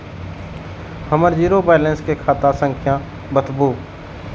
हमर zero balance के खाता संख्या बतबु?